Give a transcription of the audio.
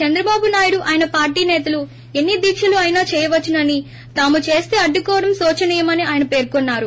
చంద్రబాబు నాయుడు ఆయన పార్టీ నేతలు ఎన్ని దీక్షలు అయినా చేయవచ్చునని తాము చేస్త అడ్డుకోవడం నోచనీయమని ఆయన పేర్కొన్నారు